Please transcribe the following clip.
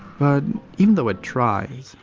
but even though it tries,